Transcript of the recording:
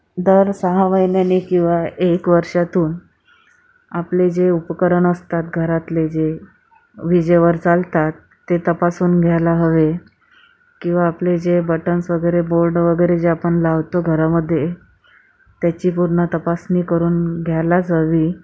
दर सहा महिन्यांनी किंवा एक वर्षातून आपले जे उपकरण असतात घरातले जे विजेवर चालतात ते तपासून घ्यायला हवे किंवा आपले जे बटन्स वगैरे बोर्ड वगैरे जे आपण लावतो घरामध्ये त्याची पूर्ण तपासणी करून घ्यायलाच हवी